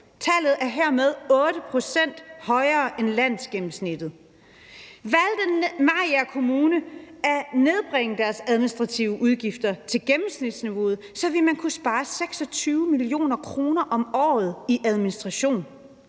Tallet er hermed 8 pct. højere end landsgennemsnittet. Valgte Mariager Kommune at nedbringe deres administrative udgifter til gennemsnitsniveauet, ville man kunne spare 26 mio. kr. om året i administration.